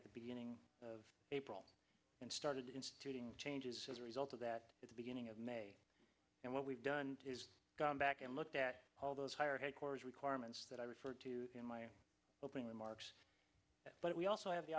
at the beginning of april and started in changes as a result of that at the beginning of may and what we've done is gone back and looked at all those higher headquarters requirements that i referred to in my opening remarks but we also have the